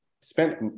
spent